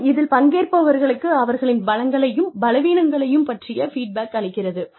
மற்றும் இதில் பங்கேற்பவர்களுக்கு அவர்களின் பலங்களையும் பலவீனங்களையும் பற்றிய ஃபீட்பேக் அளிக்கிறது